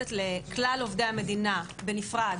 מתייחסת לכלל עובדי המדינה בנפרד,